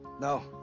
No